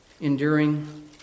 enduring